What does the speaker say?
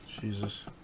Jesus